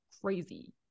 crazy